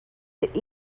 that